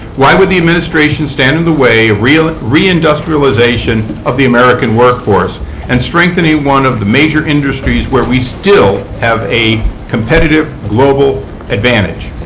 why would the administration stand in the way of reindustrialization of the american workforce and strengthening one of the major industries where we still have a competitive global advantage?